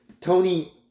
Tony